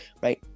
right